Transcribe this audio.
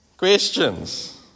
Questions